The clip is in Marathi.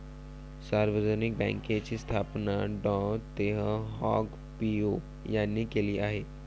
सार्वजनिक बँकेची स्थापना डॉ तेह हाँग पिओ यांनी केली आहे